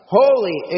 holy